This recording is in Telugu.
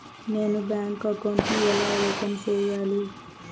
నేను బ్యాంకు అకౌంట్ ను ఎలా ఓపెన్ సేయాలి?